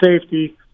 safety